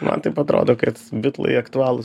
man taip atrodo kad bitlai aktualūs